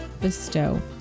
bestow